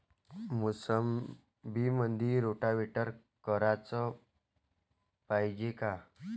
मोसंबीमंदी रोटावेटर कराच पायजे का?